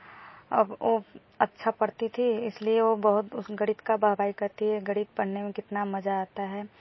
अब वह अच्छा पढ़ती थी इसलिए वह बहुत गणित का वाह वाही करती है गणित पढ़ने में कितना मज़ा आता है